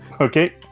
Okay